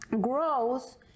grows